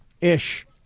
Ish